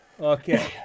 Okay